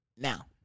Now